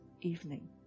evening